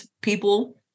people